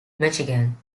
michigan